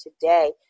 today